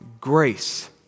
grace